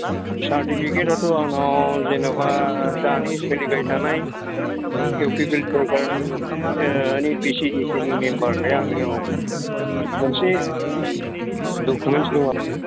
certificate आथ' आंनाव जेनेबा दानि सोलिबाय थानाय इउ पि पि एल सरकारनि नै भि सि दि सि नि मेम्बार खाय आंनियाव मोनसे दकुमेन्ट दं आरोकि